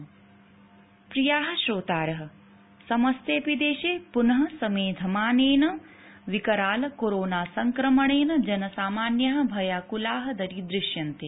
कोविडसन्देश प्रिय श्रोतार समस्तेऽपि देशे पुनः समेधमानेन विकराल कोरोना संक्रमणेन जनसामान्याः भयाकुलाः दरीदृश्यन्ते